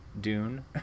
Dune